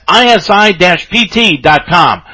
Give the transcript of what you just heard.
isi-pt.com